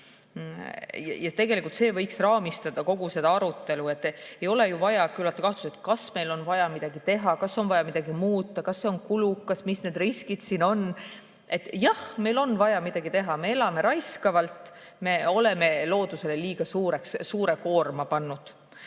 Tegelikult võiks see raamistada kogu seda arutelu. Ei ole ju vaja neid kahtlusi, mis kõlavad, kas meil on vaja midagi teha, kas on vaja midagi muuta, kas see on kulukas, mis need riskid siin on. Jah, meil on vaja midagi teha. Me elame raiskavalt. Me oleme loodusele liiga suure koorma pannud. Teine